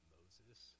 Moses